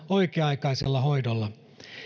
oikea aikaisella hoidolla